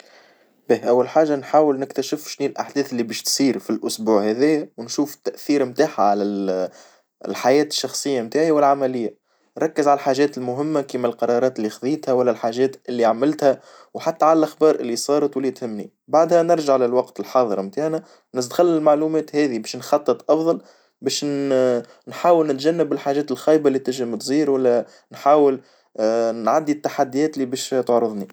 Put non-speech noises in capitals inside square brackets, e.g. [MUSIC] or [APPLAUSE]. أول حاجة نحاول نكتشف شني الأحداث اللي باش تصير في الأسبوع هذايا، ونشوف التأثير نتاعها على الحياة الشخصية نتاعي والعملية، نركز على الحاجات المهمة كيما القرارات اللي خذيتها والا الحاجات اللي عملتها وحتى على الأخبار اللي صارت واللي تهمني، بعدها نرجع للوقت الحاظر متاعنا نستغل المعلومات هاذي باش نخطط أفظل باش نحاول نتجنب الحاجات الخايبة اللي تجي متصير واللي نحاول [HESITATION] نعدي التحديات اللي باش [HESITATION] تعرظني.